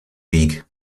weg